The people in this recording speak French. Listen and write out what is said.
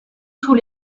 sous